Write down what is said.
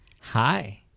Hi